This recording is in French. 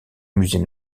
musée